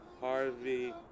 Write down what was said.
Harvey